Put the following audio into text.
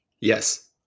Yes